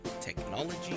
technology